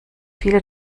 viele